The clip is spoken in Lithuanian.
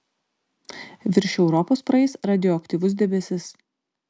virš europos praeis radioaktyvus debesis